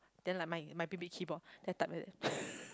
then like my my big big keyboard then type like that